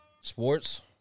Sports